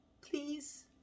please